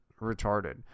retarded